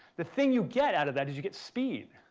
the thing you get out of that is you get speed,